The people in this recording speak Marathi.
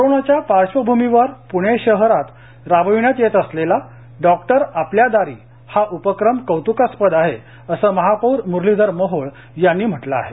कोरोना च्या पार्श्वभूमीवर प्णे शहरात राबविण्यात येत असलेला डॉक्टर आपल्या दारी हा उपक्रम कौत्कास्पद आहे असं महापौर म्रलीधर मोहोळ यांनी म्हटले आहे